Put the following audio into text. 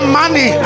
money